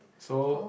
so